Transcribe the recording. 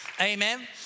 Amen